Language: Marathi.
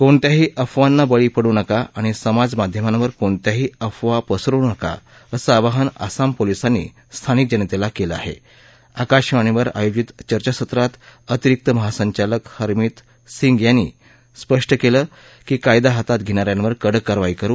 कोणत्याही अफवांना बळी पडू नका आणि समाज माध्यमांवर कोणत्याही अफवा पसरवू नका असं आवाहन आसाम पोलिसांनी स्थानिक जनती केले आहा आकाशवाणीवर आयोजित चर्चासत्रात अतिरिक्त महासंचालक हरमीत सिंग यांनी स्पष्ट केले की कायदा हातात घणिऱ्यांवर कडक कारवाई करू